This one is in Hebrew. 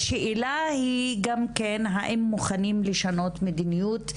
השאלה היא גם האם מוכנים לשנות מדיניות.